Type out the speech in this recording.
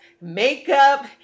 makeup